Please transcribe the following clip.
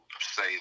say